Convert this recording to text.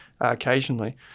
occasionally